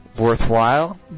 worthwhile